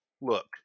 look